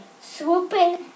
swooping